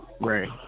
Right